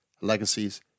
legacies